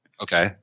Okay